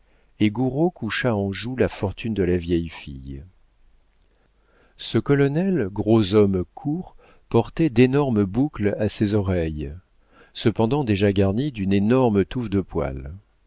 et gouraud coucha en joue la fortune de la vieille fille ce colonel gros homme court portait d'énormes boucles à ses oreilles cependant déjà garnies d'une énorme touffe de poils